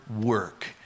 work